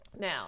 Now